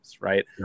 right